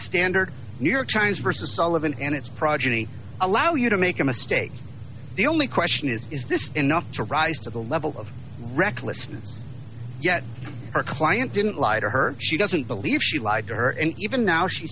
standard new york times versus sullivan and it's progeny allow you to make a mistake the only question is is this enough to rise to the level of recklessness yet our client didn't lie to her she doesn't believe she lied to her and even now she